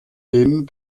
denen